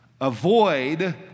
avoid